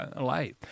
life